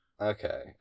Okay